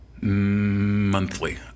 Monthly